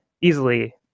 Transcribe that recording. easily